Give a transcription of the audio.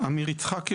עמיר יצחקי,